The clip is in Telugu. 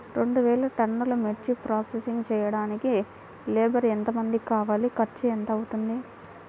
రెండు వేలు టన్నుల మిర్చి ప్రోసెసింగ్ చేయడానికి లేబర్ ఎంతమంది కావాలి, ఖర్చు ఎంత అవుతుంది?